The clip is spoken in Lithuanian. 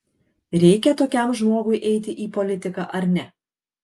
reikia tokiam žmogui eiti į politiką ar ne